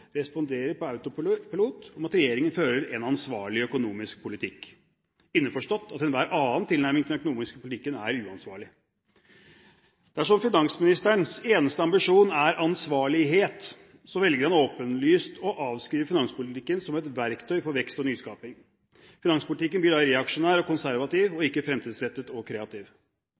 responderer på autopilot om at regjeringen fører en ansvarlig økonomisk politikk, innforstått at enhver annen tilnærming til den økonomiske politikken er uansvarlig. Dersom finansministerens eneste ambisjon er ansvarlighet, velger han åpenlyst å avskrive finanspolitikken som et verktøy for vekst og nyskaping. Finanspolitikken blir da reaksjonær og konservativ og ikke fremtidsrettet og kreativ.